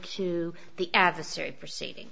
to the adversary proceeding